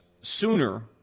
sooner